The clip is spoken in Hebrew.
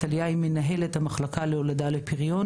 טליה היא מנהלת המחלקה להולדה ולפריון,